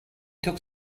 took